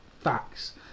facts